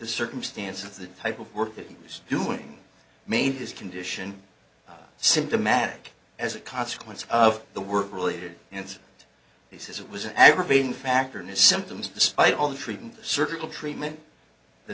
circumstance of the type of work that he was doing made his condition symptomatic as a consequence of the work related and he says it was an aggravating factor in his symptoms despite all the treatment the surgical treatment the